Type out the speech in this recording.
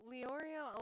Leorio